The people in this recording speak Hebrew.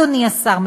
אדוני השר,